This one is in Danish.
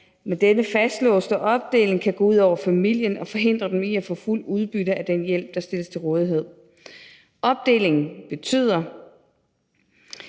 Men denne fastlåste opdeling kan gå ud over familien og forhindre den i at få fuldt udbytte af den hjælp, der stilles til rådighed. Opdelingen betyder,